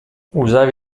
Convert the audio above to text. usava